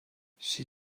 she